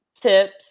tips